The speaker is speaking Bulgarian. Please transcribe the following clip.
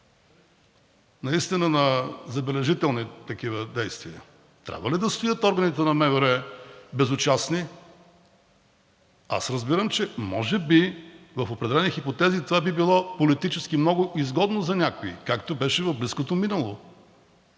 наистина на забележителни такива действия, трябва ли да стоят органите на МВР безучастни? Аз разбирам, че може би в определени хипотези това би било политически много изгодно за някои, както беше в близкото минало